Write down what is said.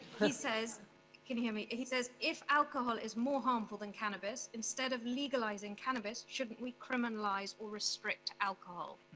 he says can you hear me? he says, if alcohol is more harmful than cannabis, instead of legalizing cannabis, shouldn't we criminalize or restrict alcohol?